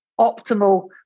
optimal